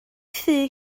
thŷ